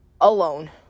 alone